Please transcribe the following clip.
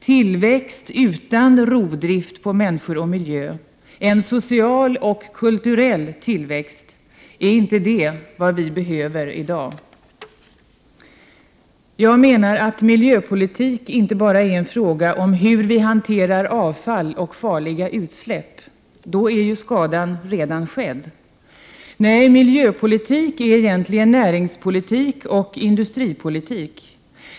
Tillväxt utan rovdrift på människor och miljö, en social och kulturell tillväxt — är inte det vad vi behöver i dag? Jag menar att miljöpolitik inte bara är en fråga om hur vi hanterar avfall och farliga utsläpp. Då är ju skadan redan skedd. Nej, miljöpolitik är egentligen näringspolitik och industripolitik.